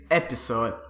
episode